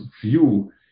view